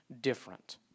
different